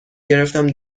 گرفتم